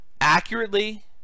accurately